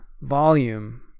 volume